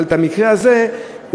אבל במקרה הזה,